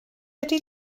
ydy